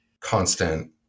constant